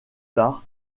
tard